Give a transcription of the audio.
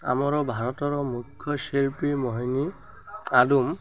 ଆମର ଭାରତର ମୁଖ୍ୟ ଶିଳ୍ପୀ ମୋହିନି ଆଲୁମ୍